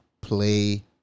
play